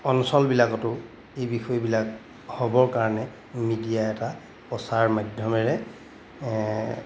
অঞ্চলবিলাকতো এই বিষয়বিলাক হ'বৰ কাৰণে মিডিয়া এটা প্ৰচাৰ মাধ্যমেৰে